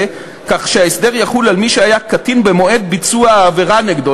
כך שההסדר יחול על מי שהיה קטין במועד ביצוע העבירה נגדו,